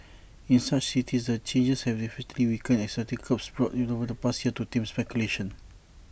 in such cities the changes have effectively weakened existing curbs brought in over the past year to tame speculation